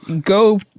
go